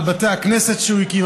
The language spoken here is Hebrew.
על בתי הכנסת שהוא הקים,